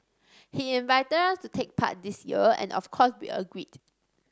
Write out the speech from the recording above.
he invited us to take part this year and of course we agreed